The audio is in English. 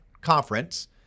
conference